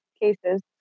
cases